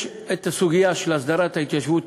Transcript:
יש הסוגיה של הסדרת ההתיישבות